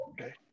Okay